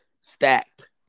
Stacked